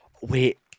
Wait